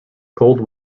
cold